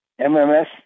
MMS